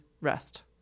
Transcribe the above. rest